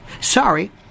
Sorry